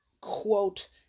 quote